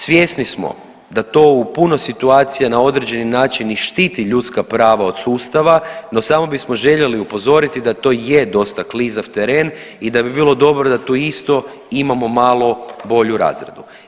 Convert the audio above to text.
Svjesni smo da to u puno situacija na određeni način i štiti ljudska prava od sustava, no samo bismo željeli upozoriti da to je dosta klizav teren i da bi bilo dobro da tu isto imamo malo bolju razradu.